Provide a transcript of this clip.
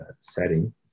setting